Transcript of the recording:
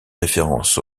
référence